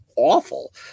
awful